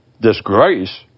disgrace